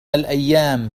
الأيام